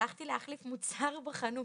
הלכתי להחליף מוצר בחנות.